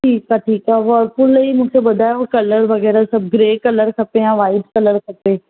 ठीक आहे ठीक आहे वर्पूल जी मूंखे ॿुधायो कलर वग़ैरह सभु ग्रे कलर खपे यां वाइट कलर खपे